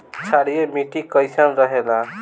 क्षारीय मिट्टी कईसन रहेला?